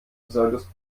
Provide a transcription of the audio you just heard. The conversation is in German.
solltest